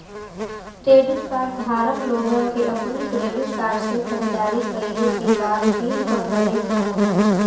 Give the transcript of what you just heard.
credit card धारक लोगन के अपने क्रेडिट कार्ड से खरीदारी कइले के बाद बिल क भरे क होला